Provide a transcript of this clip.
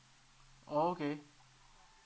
oh okay